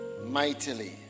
mightily